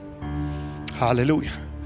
hallelujah